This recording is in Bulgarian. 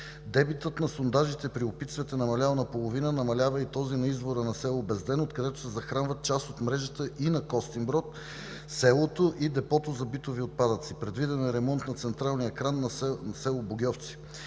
Дебитът на сондажите при Опицвет е намалял наполовина, намалява и този на извора на село Безден, откъдето се захранват част от мрежата на Костинброд, селото и депото за битови отпадъци. Предвиден е ремонт на централния кран на село Богьовци.